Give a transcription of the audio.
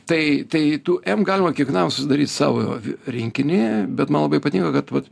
tai tai tų m galima kiekvienam susidaryt savo rinkinį bet man labai patinka kad vat